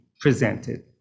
presented